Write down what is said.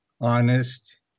honest